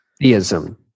theism